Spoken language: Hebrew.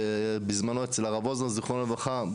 ובזמנו אצל הרב עוז זכרו לברכה,